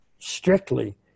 strictly